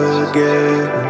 again